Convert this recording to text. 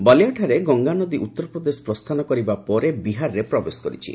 ବାଲିଆଠାରେ ଗଙ୍ଗାନଦୀ ଉତ୍ତରପ୍ରଦେଶ ପ୍ରସ୍ଥାନ କରିବା ପରେ ବିହାରରେ ପ୍ରବେଶ କରିଛି